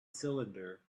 cylinder